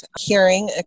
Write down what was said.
Hearing